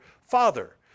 father